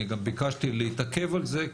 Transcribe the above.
אני גם ביקשתי להתעכב על זה.